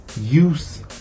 use